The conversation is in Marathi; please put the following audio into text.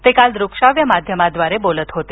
ते काल दृकश्राव्य माध्यमाद्वारे बोलत होते